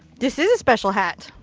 this is a special hat.